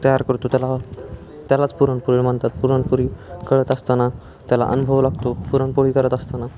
तयार करतो त्याला त्यालाच पुरणपोळी म्हणतात पुरणपोळी करत असताना त्याला अनुभव लागतो पुरणपोळी करत असताना